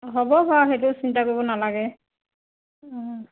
হ'ব বাৰু সেইটো চিন্তা কৰিব নালাগে